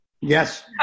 Yes